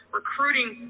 recruiting